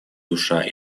душа